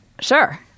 Sure